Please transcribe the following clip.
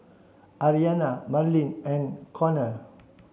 Aryana Marlin and Conner